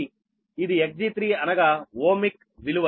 ఇది Xg3అనగా ఓమిక్ విలువలు